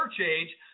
age